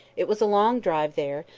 it was a long drive there,